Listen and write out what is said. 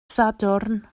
sadwrn